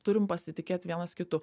turim pasitikėt vienas kitu